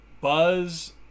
Buzz